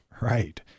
Right